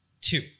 two